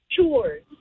Chores